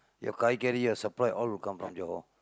your காய்கறி:kaaikari your supply all will come from Johor